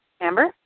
Amber